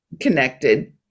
connected